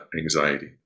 anxiety